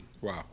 Wow